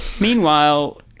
Meanwhile